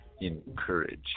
encourage